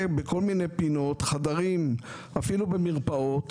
בכול מיני פינות חדרים אפילו במרפאות,